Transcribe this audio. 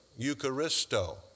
Eucharisto